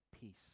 peace